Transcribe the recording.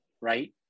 right